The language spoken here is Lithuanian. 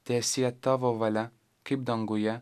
teesie tavo valia kaip danguje